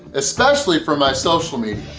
especially for my social media.